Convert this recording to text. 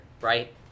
right